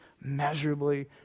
measurably